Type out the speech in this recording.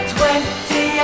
Twenty